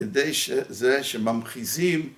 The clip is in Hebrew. ‫כדי שזה, שממחיזים...